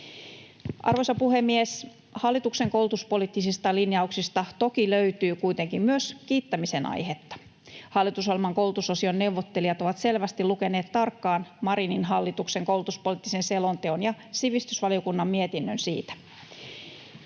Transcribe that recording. Arvoisa puhemies! Hallituksen koulutuspoliittisista linjauksista toki löytyy kuitenkin myös kiittämisen aihetta. Hallitusohjelman koulutusosion neuvottelijat ovat selvästi lukeneet tarkkaan Marinin hallituksen koulutuspoliittisen selonteon ja sivistysvaliokunnan mietinnön siitä.